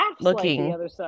looking